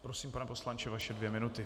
Prosím, pane poslanče, vaše dvě minuty.